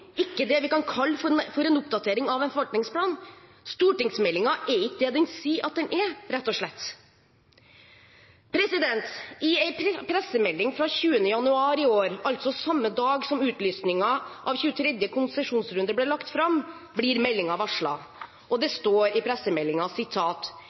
ikke det vi kan kalle for en oppdatering av en forvaltningsplan. Stortingsmeldingen er ikke det den sier at den er, rett og slett. I en pressemelding fra 20. januar i år, altså samme dag som utlysningen av 23. konsesjonsrunde ble lagt fram, blir meldingen varslet. Det står i